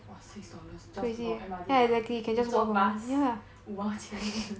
!wah! six dollars just to from M_R_T down 你坐 bus 五毛钱而已